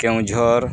Keonjhar